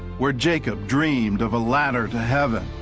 where jacob dreamed of a ladder to heaven.